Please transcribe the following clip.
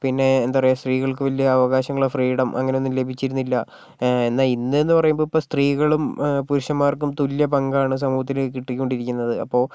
പിന്നേ എന്താ പറയുക സ്ത്രീകൾക്ക് വലിയ അവകാശങ്ങൾ ഫ്രീഡം അങ്ങനെയൊന്നും ലഭിച്ചിരുന്നില്ല എന്നാൽ ഇന്ന് എന്ന് പറയുമ്പോൾ ഇപ്പോൾ സ്ത്രീകളും പുരുഷന്മാർക്കും തുല്യപങ്കാണ് സമൂഹത്തിൽ കിട്ടിക്കൊണ്ടിരിക്കുന്നത് അപ്പൊ